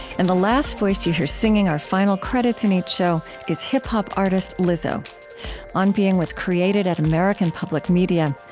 and the last voice that you hear singing our final credits in each show is hip-hop artist lizzo on being was created at american public media.